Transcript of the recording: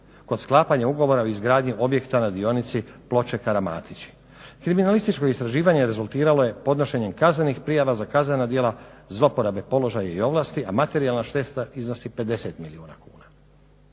kod sklapanja ugovora o izgradnji objekta na dionici Ploče – Karamatići. Kriminalističko istraživanje rezultiralo je podnošenjem kaznenih prijava za kaznena djela zlouporabe položaja i ovlasti, a materijalna šteta iznosi 50 milijuna kuna.